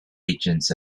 agents